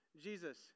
Jesus